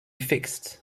fixed